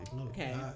Okay